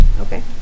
Okay